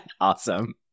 Awesome